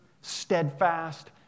steadfast